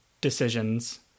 decisions